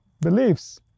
beliefs